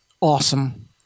awesome